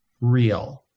real